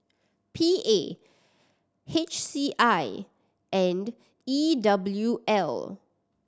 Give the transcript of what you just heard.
P A H C I and E W L